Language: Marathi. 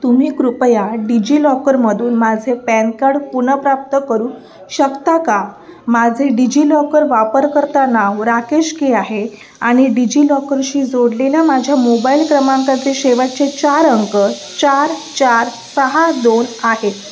तुम्ही कृपया डिजि लॉकरमधून माझे पॅन कार्ड पुनर्प्राप्त करू शकता का माझे डिजि लॉकर वापरकर्ता नाव राकेश के आहे आणि डिजि लॉकरशी जोडलेल्या माझ्या मोबाईल क्रमांकाचे शेवटचे चार अंक चार चार सहा दोन आहेत